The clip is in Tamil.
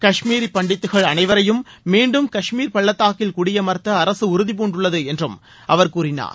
காஷ்மீரி பண்டித்துகள் அனைவரையும் மீண்டும் காஷ்மீர் பள்ளத்தாக்கில் குடியம்த்த அரசு உறுதிபூண்டுள்ளது என்றும் அவர் கூறினார்